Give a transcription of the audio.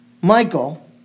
Michael